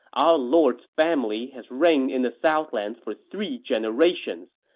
our lord's family has reigned in the southlands for three generations